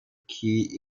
keys